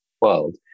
world